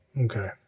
Okay